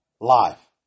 life